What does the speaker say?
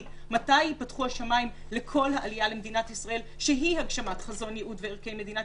לגבי פתיחת השמים לעלייה שהיא הגשמת חזון של המדינה.